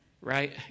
right